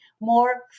more